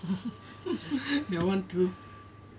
that [one] true